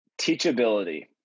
Teachability